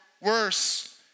worse